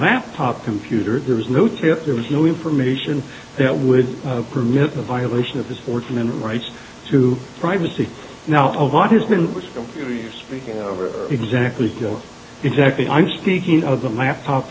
laptop computer there was no trip there was no information that would permit a violation of his fourth amendment rights to privacy now a lot has been speaking over exactly exactly i'm speaking of the laptop